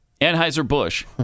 Anheuser-Busch